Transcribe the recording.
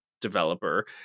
developer